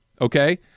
Okay